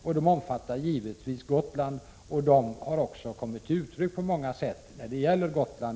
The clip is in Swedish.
Dessa omfattar givetvis Gotland, och de har också på många sätt kommit till uttryck i konkreta beslut när det gäller Gotland.